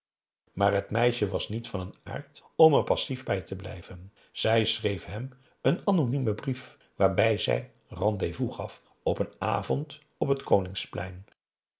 maar het meisje was niet van een aard om er passief bij te blijven zij schreef hem een anonymen brief waarbij ze rendez-vous gaf op n avond op het koningsplein